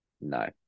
no